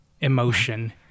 emotion